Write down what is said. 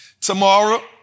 tomorrow